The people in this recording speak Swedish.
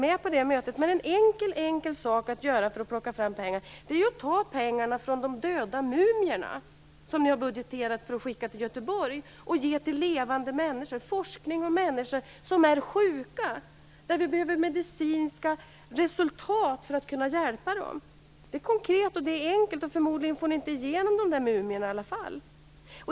En mycket enkel sak att göra för att plocka fram pengar är att ta pengarna från de döda mumier som ni har budgeterat för att skicka till Göteborg och i stället ge dem till levande människor och till forskning om människor som är sjuka. Vi behöver medicinska resultat för att kunna hjälpa dem. Det är konkret och enkelt, och förmodligen får ni inte igenom förslaget om de där mumierna i alla fall.